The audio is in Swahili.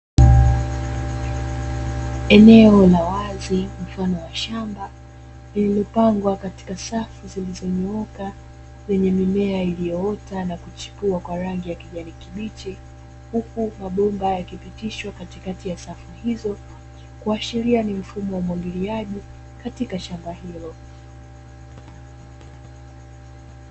Eneo la wazi mfano wa shamba lililopangwa katika safu zilizonyooka kwenye mimea iliyoota na kuchipua kwa rangi ya kijani kibichi, huku mabomba yakipitishwa katikati ya safu hizo kuashiria ni mfumo wa umwagiliaji katika shamba hilo.